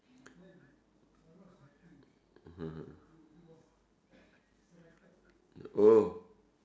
mmhmm oh